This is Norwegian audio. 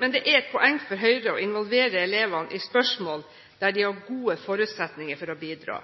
Men det er et poeng for Høyre å involvere elevene i spørsmål der de har gode forutsetninger for å bidra.